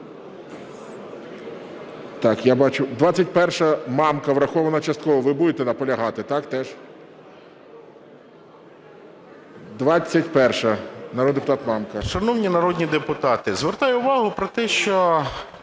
Шановні народні депутати, звертаю увагу про те, що